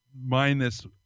minus